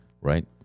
right